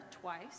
twice